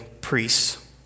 priests